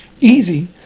Easy